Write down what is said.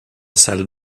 salle